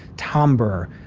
timbre,